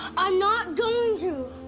i'm not going to!